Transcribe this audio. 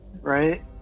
right